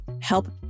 help